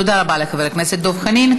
תודה רבה לחבר הכנסת דב חנין.